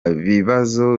bibazo